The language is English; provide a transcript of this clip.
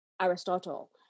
Aristotle